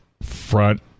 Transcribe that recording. front